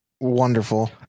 wonderful